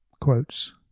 Quotes